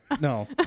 No